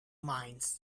minds